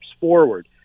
forward